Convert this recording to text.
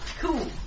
Cool